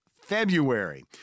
February